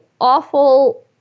awful